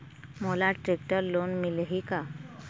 मोला tractor loan मिलही का?